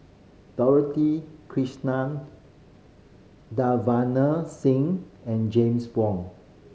Dorothy Krishnan Davinder Singh and James Wong